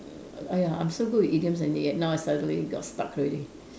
mm !aiya! I'm so good with idioms and then suddenly I got stuck already